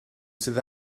sydd